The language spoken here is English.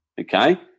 Okay